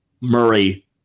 Murray